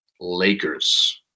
Lakers